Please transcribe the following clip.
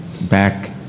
back